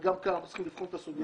וגם כאן אנחנו צריכים לבחון את הסוגיה.